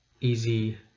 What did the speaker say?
easy